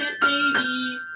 Baby